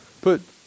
put